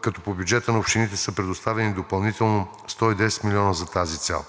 като по бюджета на общините са предоставени допълнително 110 милиона за тази цел.